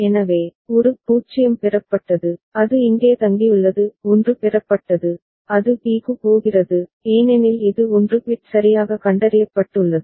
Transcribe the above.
எனவே ஒரு 0 பெறப்பட்டது அது இங்கே தங்கியுள்ளது 1 பெறப்பட்டது அது b க்கு போகிறது ஏனெனில் இது 1 பிட் சரியாக கண்டறியப்பட்டுள்ளது